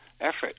effort